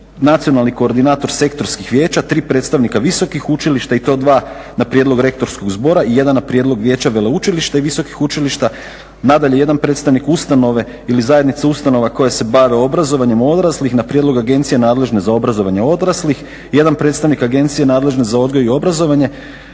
nacionalni koordinator sektorskih vijeća, tri predstavnika visokih učilišta i to dva na prijedlog rektorskog zbora i jedan na prijedlog Vijeća veleučilišta i Visokih učilišta. Nadalje, jedan predstavnik ustanove, ili zajednica ustanova koje se bave obrazovanjem odraslih na prijedlog Agencije nadležne za obrazovanje odraslih, jedan predstavnik Agencije nadležne za odgoj i obrazovanje,